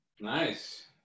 nice